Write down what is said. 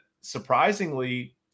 surprisingly